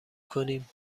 کنیم